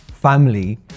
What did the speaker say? family